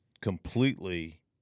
completely